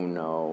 no